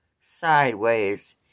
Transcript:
sideways